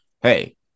Hey